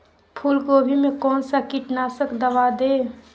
फूलगोभी में कौन सा कीटनाशक दवा दे?